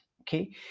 okay